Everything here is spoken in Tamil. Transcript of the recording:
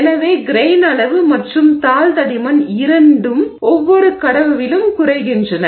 எனவே கிரெய்ன் அளவு மற்றும் தாள் தடிமன் இரண்டும் ஒவ்வொரு கடவுவிலும் குறைகின்றன